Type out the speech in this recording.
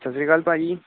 ਸਤਿ ਸ਼੍ਰੀ ਅਕਾਲ ਭਾਅ ਜੀ